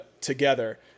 together